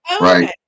Right